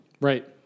Right